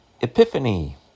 epiphany